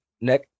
neck